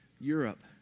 Europe